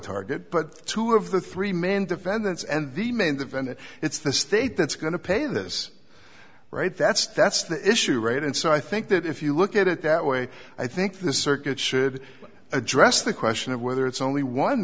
target but two of the three men defendants and the main the vendor it's the state that's going to pay this right that's that's the issue right and so i think that if you look at it that way i think the circuit should address the question of whether it's only one